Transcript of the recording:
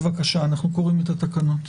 בבקשה, אנחנו קוראים את התקנות.